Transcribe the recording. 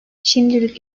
şimdilik